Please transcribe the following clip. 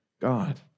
God